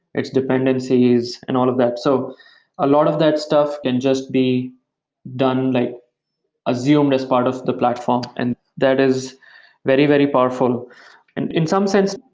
its dependencies and all of that. so a lot of that stuff can just be done, like assumed as part of the platform. and that is very, very powerful and in some sense,